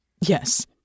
Yes